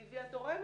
היא הביאה תורמת,